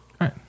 right